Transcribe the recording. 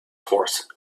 horse